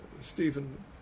Stephen